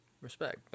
respect